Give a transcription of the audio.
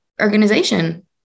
organization